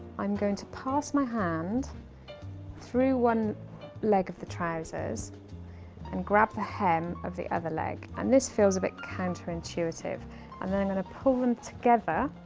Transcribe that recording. i'm going to pass my hand through one leg of the trousers and grab the hem of the other leg and this feels a bit counter intuitive and then i'm going to pull them together